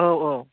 औ औ